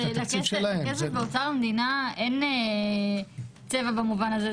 לכסף באוצר המדינה אין צבע במובן הזה.